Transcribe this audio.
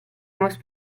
hemos